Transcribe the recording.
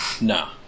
nah